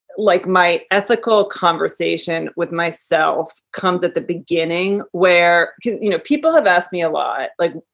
like my ethical conversation with myself comes at the beginning where you know people have asked me a lot like,